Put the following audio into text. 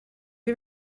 you